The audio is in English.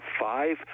five